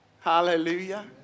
Hallelujah